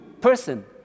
person